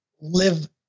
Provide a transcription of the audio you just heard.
live